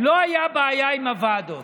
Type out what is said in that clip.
לא היו בעיות עם הוועדות.